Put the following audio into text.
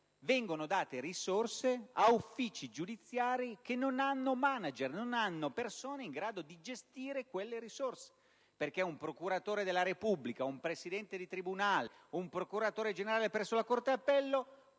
vengono date risorse a uffici giudiziari che non hanno *manager*, non hanno persone in grado di gestire quelle risorse. Un procuratore della Repubblica, un presidente di tribunale o un procuratore generale presso la corte d'appello